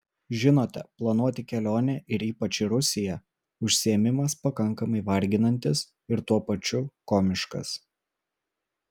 žinote planuoti kelionę ir ypač į rusiją užsiėmimas pakankamai varginantis ir tuo pačiu komiškas